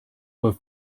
were